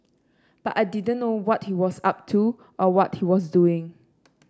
but I didn't know what he was up to or what he was doing